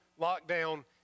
lockdown